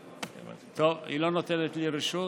טוב, היא לא נותנת לי רשות,